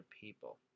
people